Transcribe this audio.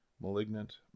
Malignant